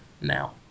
now